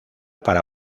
para